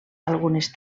algunes